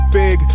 big